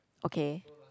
okay